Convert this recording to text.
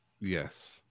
Yes